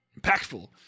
Impactful